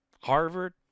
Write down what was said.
Harvard